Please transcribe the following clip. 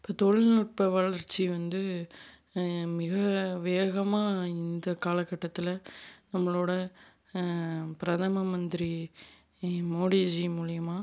இப்போ தொழில்நுட்ப வளர்ச்சி வந்து மிக வேகமாக இந்த காலக்கட்டத்தில் நம்மளோடய பிரதம மந்திரி மோடிஜி மூலயமா